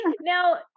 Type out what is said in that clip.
Now